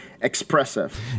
expressive